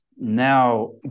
now